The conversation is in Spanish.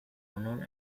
honor